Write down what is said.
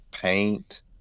Paint